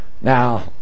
Now